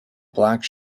black